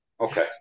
Okay